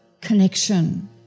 connection